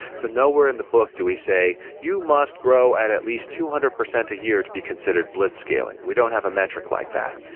so nowhere in the book do we say, you must grow at at least two hundred percent a year to be considered blitzscaling. we don't have a metric like that,